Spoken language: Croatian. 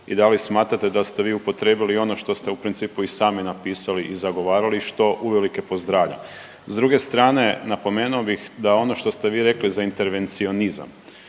i da li smatrate da ste vi upotrijebili ono što ste u principu i sami napisali i zagovarali što uvelike pozdravljam. S druge strane napomenuo bih da ono što ste vi rekli za intervencionizam,